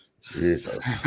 jesus